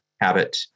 habit